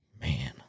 Man